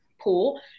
pool